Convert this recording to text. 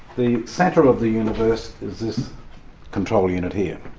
the centre of the universe is this control unit here.